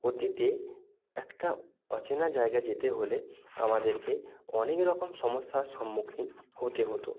অতীতে একটা অচেনা জায়গা যেতে হলে আমাদেরকে অনেক রকম সমস্যার সম্মুখীন হতে হতো